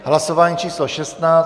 Hlasování číslo 16.